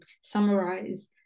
summarize